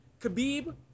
Khabib